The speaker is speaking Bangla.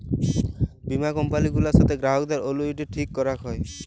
বীমা কম্পালি গুলার সাথ গ্রাহকদের অলুইটি ঠিক ক্যরাক হ্যয়